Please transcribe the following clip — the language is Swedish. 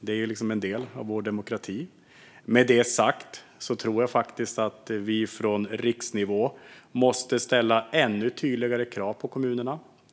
Det är en del av vår demokrati. Med det sagt tror jag faktiskt att vi från riksnivå måste ställa ännu tydligare krav på kommunerna.